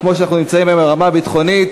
כמו שאנחנו נמצאים היום ברמה ביטחונית,